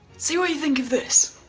see what you think of this.